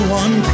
one